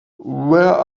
where